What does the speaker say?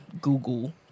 Google